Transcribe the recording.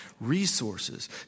resources